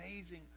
amazing